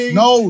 no